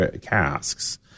casks